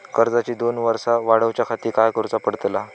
कर्जाची दोन वर्सा वाढवच्याखाती काय करुचा पडताला?